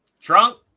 Trunk